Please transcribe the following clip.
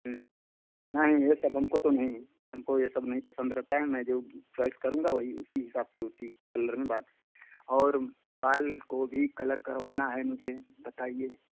नहीं ये सब तो हमको नहीं हमें ये सब नहीं पसंद रहता है मैं जो चॉइस करूँगा वही उसी हिसाब से उसी कलर में बाल और बाल को भी कलर करवाना है मुझे बताइए